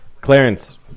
Clarence